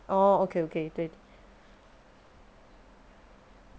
orh okay okay 对